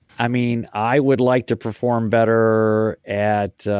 i mean i would like to perform better at